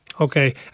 Okay